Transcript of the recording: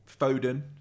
Foden